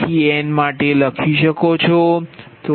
n માટે લખી શકો છો